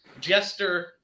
Jester